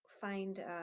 find, –